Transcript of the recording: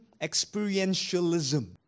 experientialism